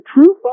true